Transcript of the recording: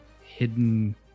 hidden